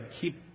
keep